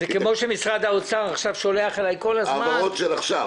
זה כמו שמשרד האוצר עכשיו שולח אליי כל הזמן --- העברות של עכשיו.